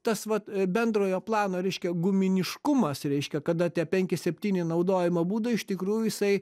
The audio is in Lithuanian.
tas vat bendrojo plano reiškia guminiškumas reiškia kada tie penki septyni naudojimo būdo iš tikrųjų jisai